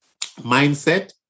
mindset